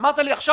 אמרתי לכם